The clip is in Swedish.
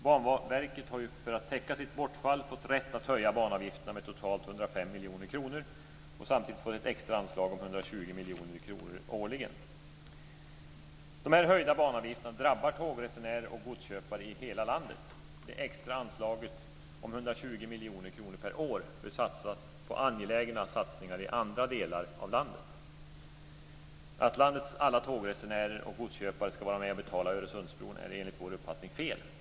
Banverket har ju för att täcka sitt bortfall fått rätt att höja banavgifterna med totalt 105 miljoner kronor och samtidigt fått ett extra anslag om 120 miljoner kronor årligen. De höjda banavgifterna drabbar tågresenärer och godsköpare i hela landet. Det extra anslaget om 120 miljoner kronor per år bör läggas på angelägna satsningar i andra delar av landet. Att landets alla tågresenärer och godsköpare ska vara med och betala Öresundsbron är enligt vår uppfattning fel.